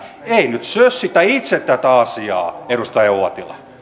ei nyt sössitä itse tätä asiaa edustaja uotila